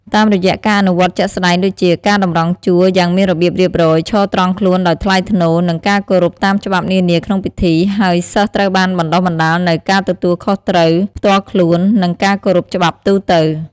តាមរយៈការអនុវត្តជាក់ស្តែងដូចជា ការតម្រង់ជួរ យ៉ាងមានរបៀបរៀបរយ ឈរត្រង់ខ្លួន ដោយថ្លៃថ្នូរ និងការគោរពតាមច្បាប់នានាក្នុងពិធី ហើយសិស្សត្រូវបានបណ្ដុះបណ្ដាលនូវ ការទទួលខុសត្រូវ ផ្ទាល់ខ្លួន និងការគោរពច្បាប់ទូទៅ។